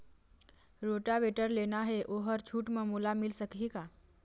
Rotavator लेना हे ओहर छूट म मोला मिल सकही का?